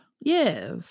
Yes